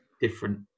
different